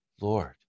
Lord